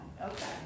Okay